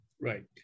Right